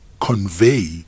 convey